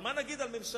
אבל מה נגיד על ממשלה,